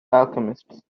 alchemists